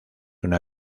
una